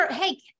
hey